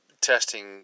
testing